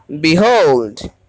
Behold